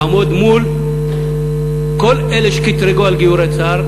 לעמוד מול כל אלה שקטרגו על גיורי צה"ל.